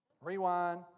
Rewind